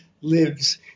lives